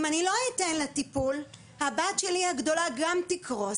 אם אני לא אתן לה טיפול, גם הבת הגדולה שלי תקרוס.